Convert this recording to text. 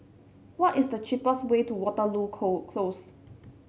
what is the cheapest way to Waterloo Close